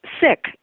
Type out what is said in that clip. sick